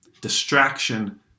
Distraction